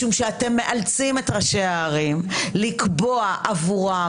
משום שאתם מאלצים את ראשי הערים וקובעים עבורם